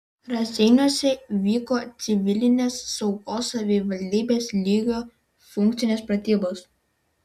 raseiniuose vyko civilinės saugos savivaldybės lygio funkcinės pratybos